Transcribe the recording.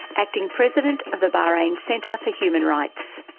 acting president of the bahrain center for human rights.